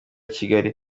kigali